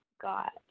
got